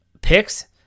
picks